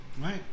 Right